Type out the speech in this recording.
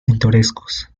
pintorescos